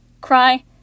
cry